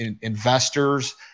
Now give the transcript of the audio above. investors